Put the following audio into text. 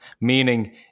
meaning